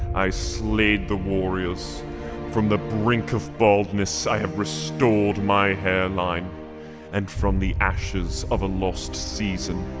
i slayed the warriors from the brink of baldness, i have restored my hairline and from the ashes of a lost season.